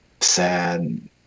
sad